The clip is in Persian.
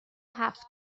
هفت